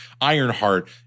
Ironheart